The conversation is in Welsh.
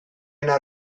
yna